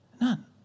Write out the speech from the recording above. None